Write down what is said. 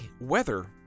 weather